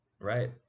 right